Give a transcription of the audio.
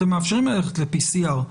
אתם מאפשרים לעשות בדיקת PCR,